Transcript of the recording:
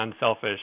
unselfish